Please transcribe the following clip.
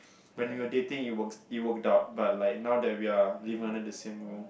when you were dating it worked it worked out but like now that we are living under the same room